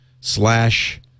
slash